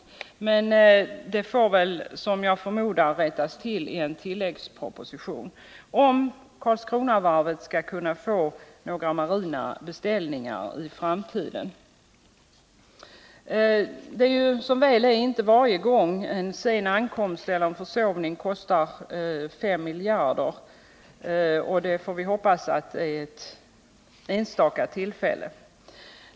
Jag förmodar att detta får rättas till i en tilläggsproposition, om Karlskronavarvet skall kunna få några marina beställningar i framtiden. Det är ju som väl är inte varje gång en sen ankomst eller en försovning kostar 5 miljarder. Vi får hoppas att det var ett enstaka tillfälle.